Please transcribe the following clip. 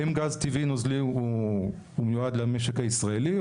האם גז טבעי נוזלי הוא מיועד למשק הישראלי?